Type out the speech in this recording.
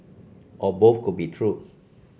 or both could be true